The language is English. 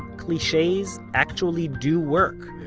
cliches actually do work